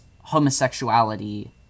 homosexuality